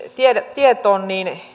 tietoon niin